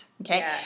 okay